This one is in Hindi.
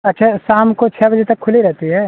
अच्छा शाम को छः बजे तक खुली रहती है